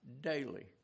daily